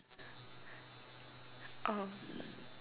oh